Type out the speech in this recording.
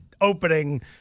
opening